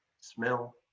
smell